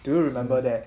do you remember that